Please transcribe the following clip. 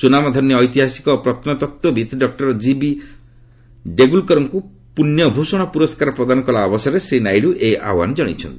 ସ୍ୱନାମଧନ୍ୟ ଐତିହାସିକ ଓ ପ୍ରତ୍ନତତ୍ତ୍ୱବିତ୍ ଡକ୍କର ଜିବି ଡେଗୁଲକରଙ୍କୁ ପୁନ୍ୟଭୂଷଣ ପୁରସ୍କାର ପ୍ରଦାନ କଲା ଅବସରରେ ଶ୍ରୀ ନାଇଡୁ ଏହି ଆହ୍ୱାନ ଜଣାଇଛନ୍ତି